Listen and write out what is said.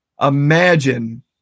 Imagine